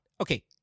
Okay